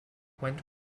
went